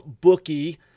bookie